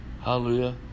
Hallelujah